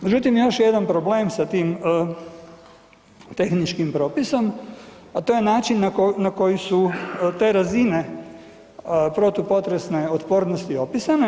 Međutim, još jedan problem sa tim tehničkim propisom, a to je način na koji su te razine protupotresne otpornosti opisane.